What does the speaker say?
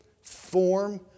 form